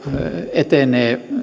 etenee